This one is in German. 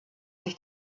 sich